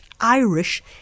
Irish